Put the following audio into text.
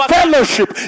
fellowship